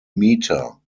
meter